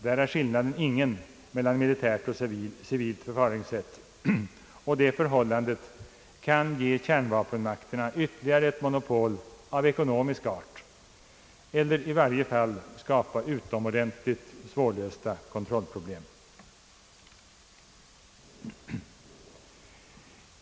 Där är skillnaden ingen mellan militärt och civilt förfaringssätt, och detta förhållande kan ge kärnvapenmakterna ytterligare ett monopol av ekonomisk art eller i varje fall skapa utomordentligt svårlösta kontrollproblem.